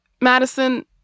Madison